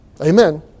Amen